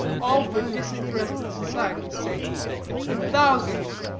all for disinterested society's sake and thousands,